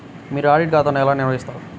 మీరు ఆడిట్ ఖాతాను ఎలా నిర్వహిస్తారు?